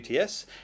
UTS